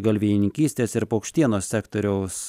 galvijininkystės ir paukštienos sektoriaus